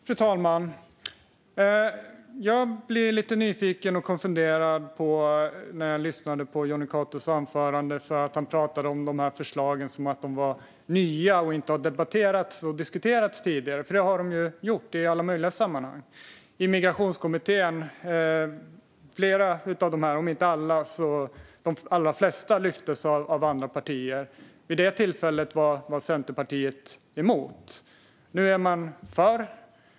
Fru talman! Jag blev lite nyfiken och konfunderad när jag lyssnade på Jonny Catos anförande. Han pratade om dessa förslag som att de var nya och inte hade debatterats och diskuterats tidigare. Det har de ju gjort, i alla möjliga sammanhang. I Migrationskommittén lyftes om inte alla så de allra flesta av dem upp av andra partier. Vid det tillfället var Centerpartiet emot. Nu är man för.